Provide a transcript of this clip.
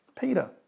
Peter